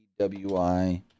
PWI